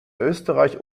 österreich